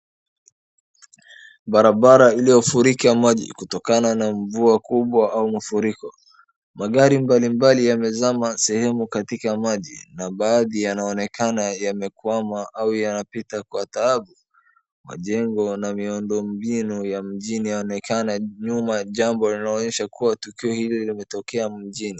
Barabara iliyofurika maji kutokana na mvua kubwa au mafuriko. Magari mbalimbali yamezama sehemu katika maji na baadhi yanaonekana yamekwama au yanapita kwa taabu. Majengo na miundo mbinu ya mjini yaonekana nyuma, jambo linaonyesha kuwa tukio hili limetokea mjini.